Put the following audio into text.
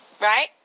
right